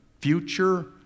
future